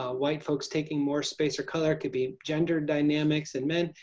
ah white folks taking more space or color. it could be gender dynamics and men.